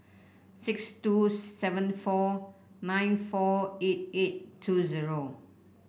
six two seven four nine four eight eight two zero